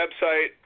website